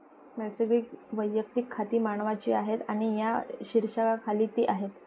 नैसर्गिक वैयक्तिक खाती मानवांची आहेत आणि या शीर्षकाखाली ती आहेत